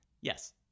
yes